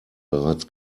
bereits